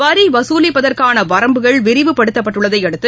வரி வசூலிதப்பதற்னன வரம்புபகள் விரிவுப்படுத்தப்பட்டுள்ளதை அடுத்து